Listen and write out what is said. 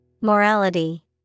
Morality